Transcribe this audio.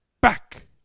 back